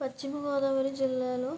పశ్చిమ గోదావరి జిల్లాలో